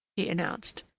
he announced,